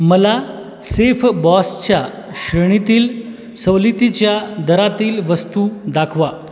मला सेफबॉसच्या श्रेणीतील सवलतीच्या दरातील वस्तू दाखवा